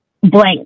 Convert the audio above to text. blank